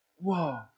whoa